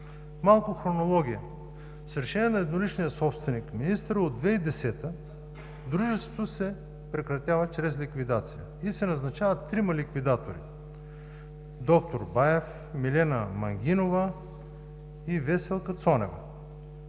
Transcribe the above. Малко хронология. С решение на едноличния собственик – министъра, от 2010 г. дружеството се прекратява чрез ликвидация и се назначават трима ликвидатори – д-р Баев, Милена Мангинова и Веселка Цонева,